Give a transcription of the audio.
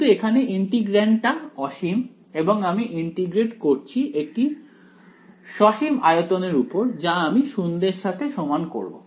কিন্তু এখানে ইন্টিগ্রান্ড তা অসীম এবং আমি ইন্টিগ্রেট করছি একটি সসীম আয়তনের উপর যা আমি শূন্যের সাথে সমান করব